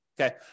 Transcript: okay